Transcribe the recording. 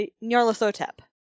Nyarlathotep